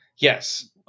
yes